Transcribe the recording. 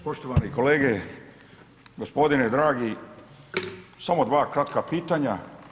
Poštovani kolege, gospodine dragi, samo dva kratka pitanja.